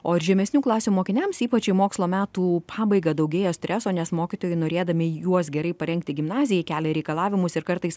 o ir žemesnių klasių mokiniams ypač į mokslo metų pabaigą daugėja streso nes mokytojai norėdami juos gerai parengti gimnazijai kelia reikalavimus ir kartais